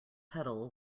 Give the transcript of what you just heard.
pedal